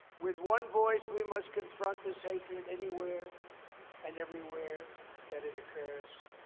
with one voice, we must confront this hatred anywhere and everywhere that it occurs.